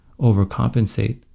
overcompensate